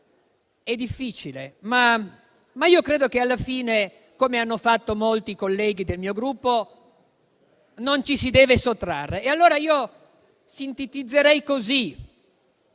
è difficile. Io credo, però, che alla fine, come hanno fatto molti colleghi del mio Gruppo, non ci si deve sottrarre. Io sintetizzerei così